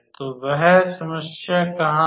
तो वह समस्या कहां है